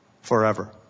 forever